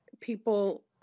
People